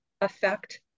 affect